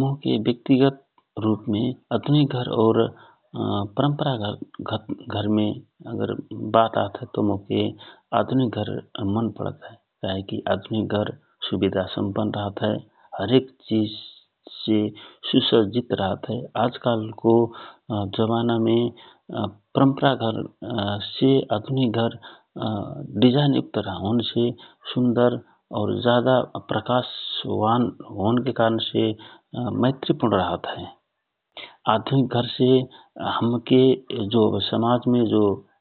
मोके ब्यक्तिगत रपमे अधुनिक घर और परम्परागत घरमे छनौट करन कि बात आतहए तव मोके अधुनिक घर मन पडत हए । कहेकि सुविधा सम्पन्न रहत हए ,हरेक चिज से सुसजित रहत हए, आजकालको जमाने मे परम्परागत घर से अधुनिक घर डिजइनयुक्त होन से सुन्दर होन से जादा प्रकाश वान होनसे मैत्रिपुर्ण होत हए । आधुनिक घर से हमके समाजमे